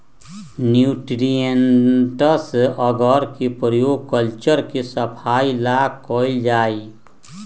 nutrients अगर के प्रयोग कल्चर के सफाई ला कइल जाहई